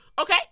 Okay